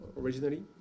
originally